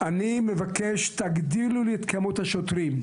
אני מבקש, תגדילו לי את מספר השוטרים.